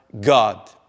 God